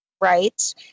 right